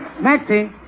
Maxie